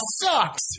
sucks